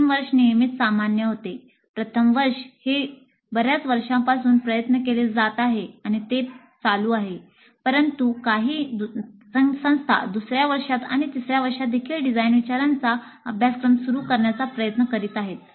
अंतिम वर्ष नेहमीच सामान्य होते प्रथम वर्ष हे बर्याच वर्षांपासून प्रयत्न केले जात आहेत आणि ते चालू आहेत परंतु काही संस्था दुसर्या वर्षात आणि तिसऱ्या वर्षामध्येदेखील डिझाईन विचारांचा अभ्यासक्रम सुरू करण्याचा प्रयत्न करीत आहेत